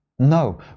No